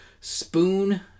spoon